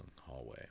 hallway